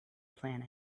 planet